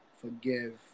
forgive